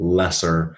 lesser